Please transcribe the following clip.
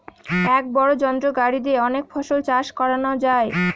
এক বড় যন্ত্র গাড়ি দিয়ে অনেক ফসল চাষ করানো যায়